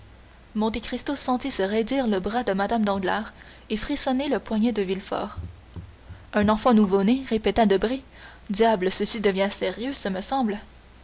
j'espère monte cristo sentit se raidir le bras de mme danglars et frissonner le poignet de villefort un enfant nouveau-né répéta debray diable ceci devient sérieux ce me semble